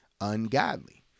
ungodly